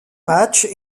matches